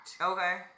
Okay